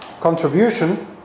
contribution